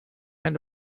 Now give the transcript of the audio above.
and